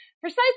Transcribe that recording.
precisely